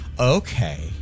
okay